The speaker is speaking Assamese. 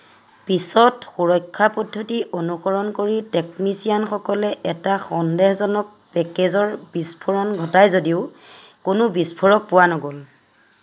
পিছত সুৰক্ষা পদ্ধতি অনুসৰণ কৰি টেকনিচিয়ানসকলে এটা সন্দেহজনক পেকেজৰ বিস্ফোৰণ ঘটাই যদিও কোনো বিস্ফোৰক পোৱা নগ'ল